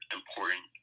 important